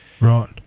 Right